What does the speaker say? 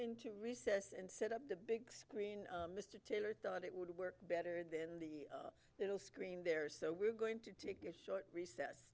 into recess and set up the big screen mr taylor thought it would work better than the little screen there so we're going to take a short recess